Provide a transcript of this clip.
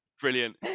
Brilliant